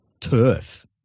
Turf